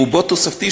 רובו תוספתי,